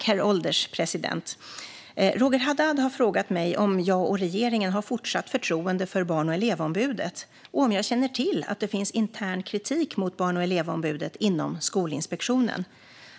Herr ålderspresident! Roger Haddad har frågat mig om jag och regeringen har fortsatt förtroende för Barn och elevombudet och om jag känner till att det finns intern kritik mot Barn och elevombudet inom Skolinspektionen.